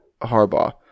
Harbaugh